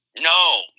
No